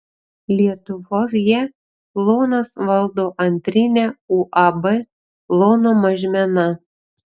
lietuvoje lonas valdo antrinę uab lono mažmena